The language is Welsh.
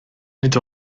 nid